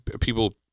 people